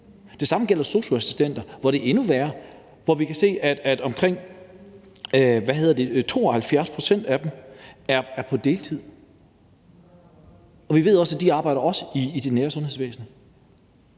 Det samme gælder sosu-assistenterne, hvor det er endnu værre, hvor vi kan se, at omkring 72 pct. af dem er på deltid, og vi ved også, at de også arbejder i det nære sundhedsvæsen.